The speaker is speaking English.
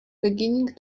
beginning